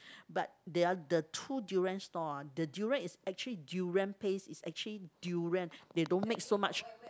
but their the two durians stall ah the durian is actually durian paste is actually durian they don't make so much